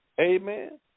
Amen